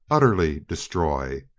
utterly destroy!